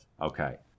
Okay